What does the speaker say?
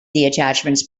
attachments